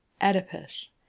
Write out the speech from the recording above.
Oedipus